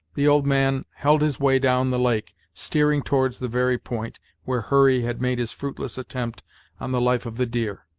the old man held his way down the lake, steering towards the very point where hurry had made his fruitless attempt on the life of the deer.